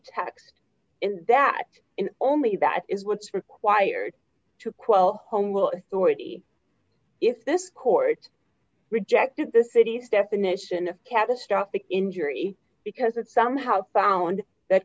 tax that only that is what's required to quell home will already if this court rejected the city's definition of catastrophic injury because it somehow found that